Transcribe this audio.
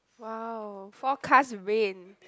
!wow! forecast rain